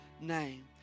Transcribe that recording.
name